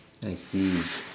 I see